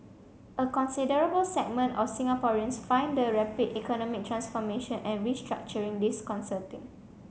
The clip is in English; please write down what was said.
a considerable segment of Singaporeans find the rapid economic transformation and restructuring disconcerting